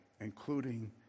including